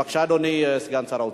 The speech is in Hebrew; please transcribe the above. בבקשה, אדוני סגן שר האוצר.